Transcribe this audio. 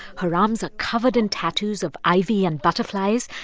her arms ah covered in tattoos of ivy and butterflies.